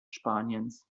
spaniens